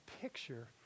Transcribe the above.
picture